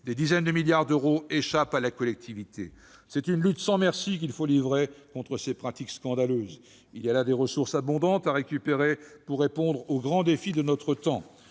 Des dizaines de milliards d'euros échappent à la collectivité. C'est une lutte sans merci qu'il faut livrer contre ces pratiques scandaleuses. Il y a là des ressources abondantes à récupérer pour relever les grands défis de notre temps.